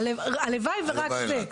הלוואי ורק זה.